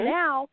now